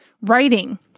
writing